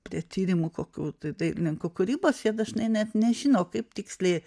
prie tyrimų kokių dailininkų kūrybos jie dažnai net nežino kaip tiksliai